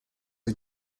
are